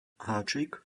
háčik